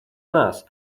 нас